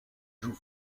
joue